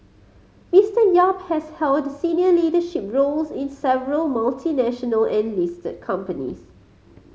Mister Yap has held senior leadership roles in several multinational and listed companies